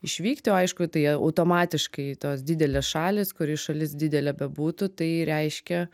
išvykti o aišku tai automatiškai tos didelės šalys kuri šalis didelė bebūtų tai reiškia